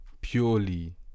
Purely